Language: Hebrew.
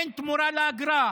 אין תמורה לאגרה.